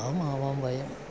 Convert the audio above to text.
अहम् आवां वयम्